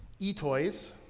eToys